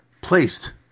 placed